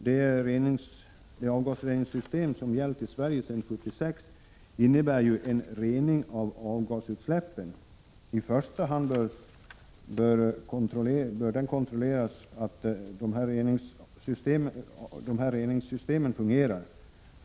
Det avgasreningssystem som tillämpats i Sverige sedan 1976 innebär ju en rening av avgasutsläppen. I första hand bör kontrolleras att dessa reningssystem fungerar.